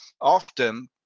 often